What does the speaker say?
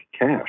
cash